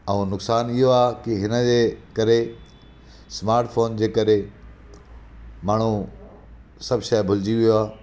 ऐं नुक़्सानु इहो आहे की हिन जे करे स्माटफोन जे करे माण्हू सभु शइ भुलिजी वियो आहे